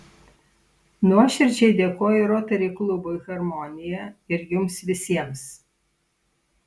nuoširdžiai dėkoju rotary klubui harmonija ir jums visiems